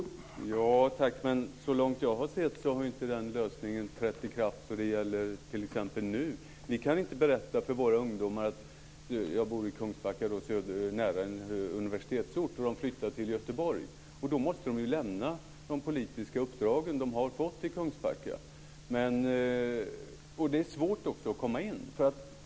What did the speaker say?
Herr talman! Så långt jag har sett har inte den lösningen trätt i kraft nu. Jag bor i Kungsbacka, nära en universitetsort, och ungdomarna där flyttar till Göteborg. Då måste de lämna de politiska uppdrag de har fått i Kungsbacka. Det är också svårt att komma in.